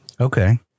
Okay